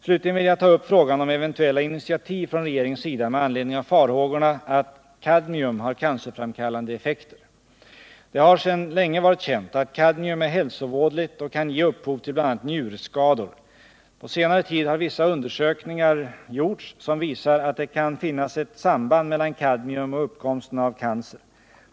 Slutligen vill jag ta upp frågan om eventuella initiativ från regeringens sida med anledning av farhågorna att kadmium har cancerframkallande effekter. Det har sedan länge varit känt att kadmium är hälsovådligt och kan ge upphov till bl.a. njurskador. På senare tid har vissa undersökningar gjorts som visar att det kan finnas ett samband mellan kadmium och uppkomsten av cancer.